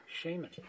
Shaman